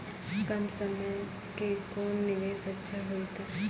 कम समय के कोंन निवेश अच्छा होइतै?